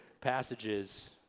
passages